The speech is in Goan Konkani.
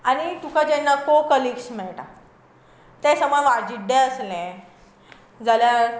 आनी तुका जेन्ना को कलिग्स मेळटा ते समा वाजिड्डे आसले जाल्यार